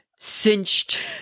cinched